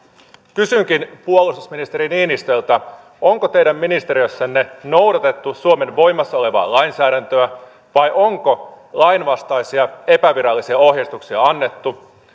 kysynkin puolustusministeri niinistöltä onko teidän ministeriössänne noudatettu suomen voimassa olevaa lainsäädäntöä vai onko lainvastaisia epävirallisia ohjeistuksia annettu